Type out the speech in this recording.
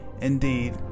Indeed